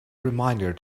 reminder